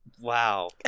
Wow